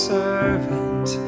servant